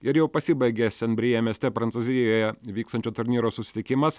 ir jau pasibaigė sen brijė mieste prancūzijoje vykstančio turnyro susitikimas